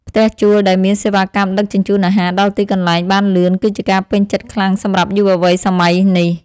ផ្ទះជួលដែលមានសេវាកម្មដឹកជញ្ជូនអាហារដល់ទីកន្លែងបានលឿនគឺជាការពេញចិត្តខ្លាំងសម្រាប់យុវវ័យសម័យនេះ។